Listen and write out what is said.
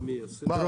מה,